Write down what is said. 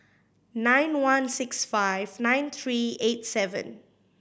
nine one six five nine three eight seven